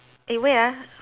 eh wait ah